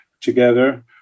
together